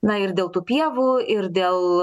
na ir dėl tų pievų ir dėl